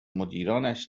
مدیرانش